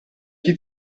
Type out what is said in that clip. chi